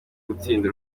gutsinda